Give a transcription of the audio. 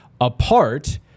apart